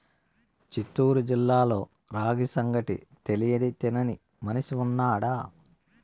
చిత్తూరు జిల్లాలో రాగి సంగటి తెలియని తినని మనిషి ఉన్నాడా